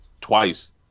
twice